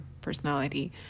personality